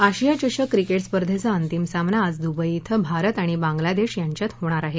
आशिया चषक क्रिकेट स्पर्धेचा अंतिम सामना आज दुबई इथं भारत आणि बांगला देश यांच्यात होणार आहे